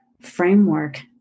framework